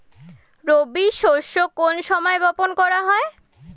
রবি শস্য কোন সময় বপন করা হয়?